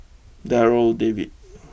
Darryl David